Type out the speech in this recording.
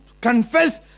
confess